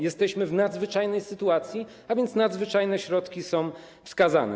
Jesteśmy w nadzwyczajnej sytuacji, a więc nadzwyczajne środki są wskazane.